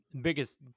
biggest